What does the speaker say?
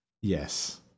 Yes